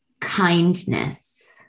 kindness